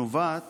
נובעת